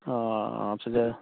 ꯑꯥ ꯑꯥ ꯁꯤꯗ